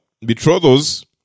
betrothals